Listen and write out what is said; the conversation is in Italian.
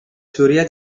teoria